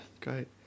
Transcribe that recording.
Great